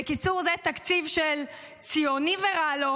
בקיצור, זה תקציב של "ציוני ורע לו,